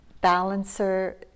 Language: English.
balancer